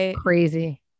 crazy